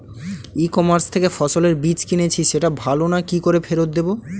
ই commerce থেকে ফসলের বীজ কিনেছি সেটা ভালো না কি করে ফেরত দেব?